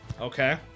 okay